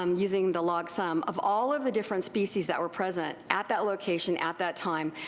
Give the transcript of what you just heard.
um using the log sum of all of the different species that were present at that location at that time,